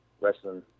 wrestling